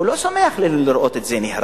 הוא לא שמח לראות את זה נהרס,